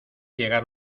llegar